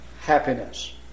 happiness